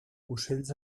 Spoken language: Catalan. ocells